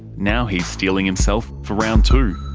now he's steeling himself for round two.